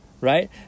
right